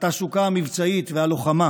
התעסוקה המבצעית והלוחמה